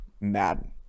Madden